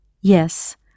Yes